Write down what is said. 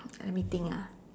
let me think ah